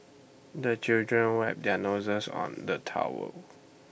the children wipe their noses on the towel